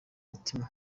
mutima